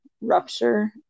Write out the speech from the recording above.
rupture